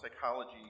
psychology